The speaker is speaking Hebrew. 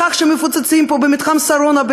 בכך שמפוצצים פה במתחם שרונה,